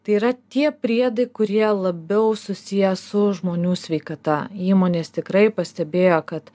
tai yra tie priedai kurie labiau susiję su žmonių sveikata įmonės tikrai pastebėjo kad